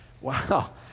Wow